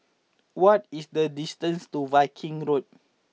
what is the distance to Viking Road